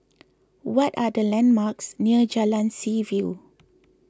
what are the landmarks near Jalan Seaview